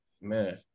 man